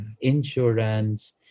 insurance